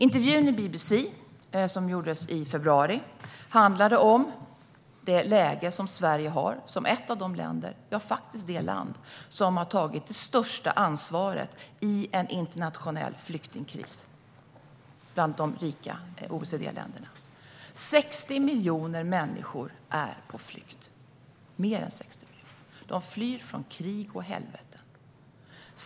Intervjun i BBC, som gjordes i februari, handlade om det läge som Sverige har som ett av de länder, faktiskt det land, bland de rika OECD-länderna som har tagit det största ansvaret i en internationell flyktingkris. Det är mer än 60 miljoner människor som är på flykt. De flyr från krig och helveten.